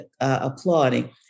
applauding